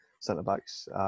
centre-backs